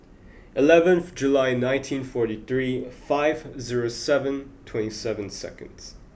eleven July nineteen forty three five zero seven twenty seven seconds